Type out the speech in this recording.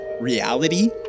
reality